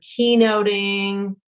keynoting